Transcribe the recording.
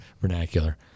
vernacular